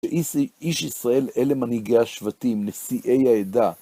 איש ישראל, אלה מנהיגי השבטים, נשיאי העדה.